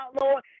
Lord